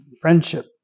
friendship